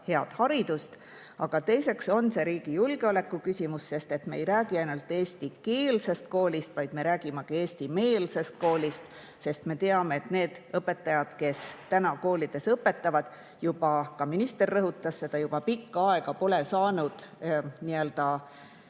head haridust. Aga teiseks on see riigi julgeoleku küsimus, sest me ei räägi ainult eestikeelsest koolist, vaid me räägime eestimeelsest koolist. Me teame, et need õpetajad, kes nendes koolides õpetavad – ka minister rõhutas seda –, pole juba pikka aega saanud